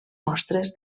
mostres